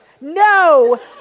No